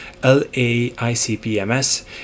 LAICPMS